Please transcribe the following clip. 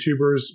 YouTubers